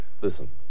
Listen